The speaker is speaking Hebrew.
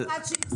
או חברה שהפסידה.